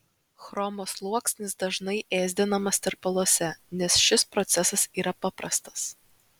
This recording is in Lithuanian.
chromo sluoksnis dažnai ėsdinamas tirpaluose nes šis procesas yra paprastas